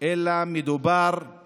אלא מדובר על